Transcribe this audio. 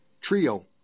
trio